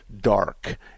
dark